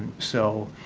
so